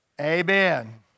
Amen